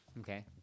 Okay